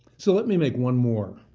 so let me make one more